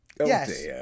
Yes